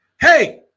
hey